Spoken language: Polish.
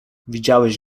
widziałeś